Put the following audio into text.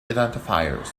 identifiers